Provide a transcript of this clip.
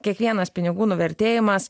kiekvienas pinigų nuvertėjimas